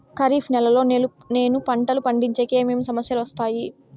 ఖరీఫ్ నెలలో నేను పంటలు పండించేకి ఏమేమి సమస్యలు వస్తాయి?